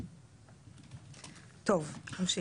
טוב, נמשיך.